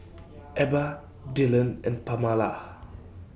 Ebba Dyllan and Pamala